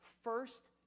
first